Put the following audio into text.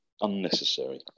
unnecessary